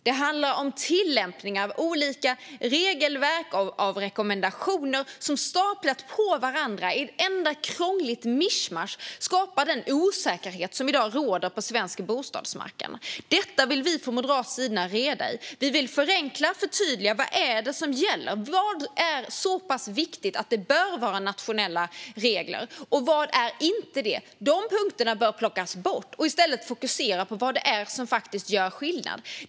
Det handlar om tillämpning av olika regelverk, och det är rekommendationer som är staplade på varandra i ett enda krångligt mischmasch som skapar den osäkerhet som i dag råder på svensk bostadsmarknad. Detta vill vi från moderat sida reda i. Vi vill förenkla och förtydliga: Vad är det som gäller? Vad är så pass viktigt att det bör vara nationella regler? Vad är inte det? De punkterna bör plockas bort. I stället bör man fokusera på vad det är som faktiskt gör skillnad.